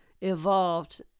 evolved